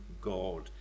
God